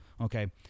Okay